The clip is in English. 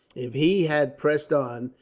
if he had pressed on,